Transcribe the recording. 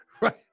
right